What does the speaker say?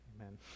Amen